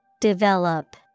Develop